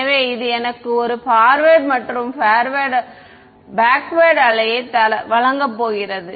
எனவே இது எனக்கு ஒரு பார்வேர்ட் மற்றும் பேக்வேர்ட் அலையை வழங்கப் போகிறது